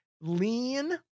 lean